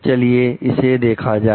चलिए इसे देखा जाए